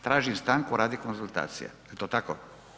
Tražim stanku radi konzultacija, je li to tako?